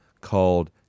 called